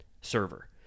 Server